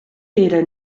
era